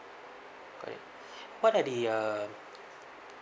correct what are the uh